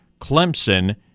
Clemson